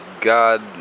God